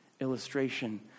illustration